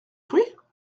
fruits